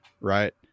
right